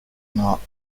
not